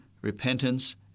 Repentance